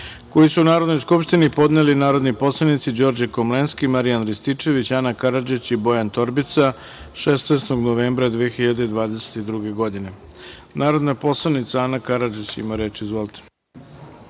koji su Narodnoj skupštini podneli narodni poslanici Đorđe Komlenski, Marijan Rističević, Ana Karadžić i Bojan Torbica 16. novembra 2020. godine. Narodna poslanica Ana Karadžić ima reč. Izvolite.